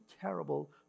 terrible